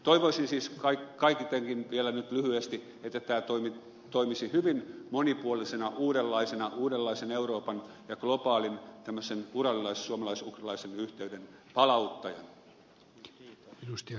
toivoisin siis kaiketikin vielä lyhyesti että tämä toimisi hyvin monipuolisena uudenlaisena uudenlaisen euroopan ja globaalin uralilais suomalais ugrilaisen yhteyden palauttajana